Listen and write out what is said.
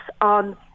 on